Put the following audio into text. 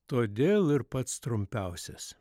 todėl ir pats trumpiausias